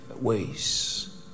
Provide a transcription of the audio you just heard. ways